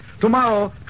Tomorrow